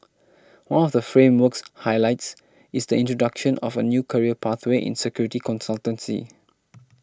one of the framework's highlights is the introduction of a new career pathway in security consultancy